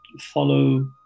follow